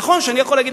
נכון שאני יכול להגיד,